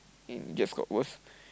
it just got worse